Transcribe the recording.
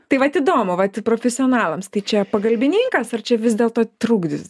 tai vat įdomu vat profesionalams tai čia pagalbininkas ar čia vis dėl to trukdis